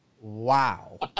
Wow